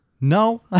No